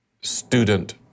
student